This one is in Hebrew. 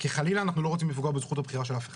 כי חלילה אנחנו לא רוצים לפגוע בזכות הבחירה של אף אחד,